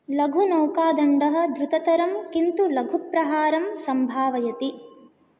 लघुनौकादण्डः ध्रुततरं किन्तु लघुप्रहारं सम्भावयति